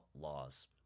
Laws